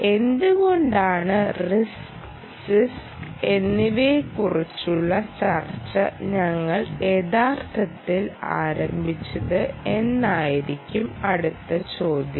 എന്തുകൊണ്ടാണ് RISC CISC എന്നിവയെക്കുറിച്ചുള്ള ചർച്ച ഞങ്ങൾ യഥാർത്ഥത്തിൽ ആരംഭിച്ചത് എന്നതായിരിക്കും അടുത്ത ചോദ്യം